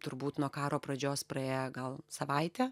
turbūt nuo karo pradžios praėję gal savaitė